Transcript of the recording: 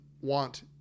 want